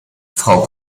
frau